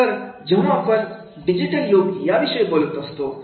तर जेव्हा आपण डिजिटल यूग याविषयी बोलत असतो